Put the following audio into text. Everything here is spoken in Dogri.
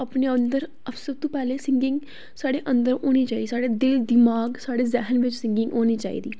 गी अपने अंदर सब तूं पैहले सिंगिंग साढ़ै होनी चाहिदी साढ़े दिमाग साढ़े जैहन बिच सिंगिंग होनी चाहिदी